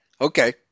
Okay